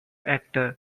actor